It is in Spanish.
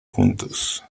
juntos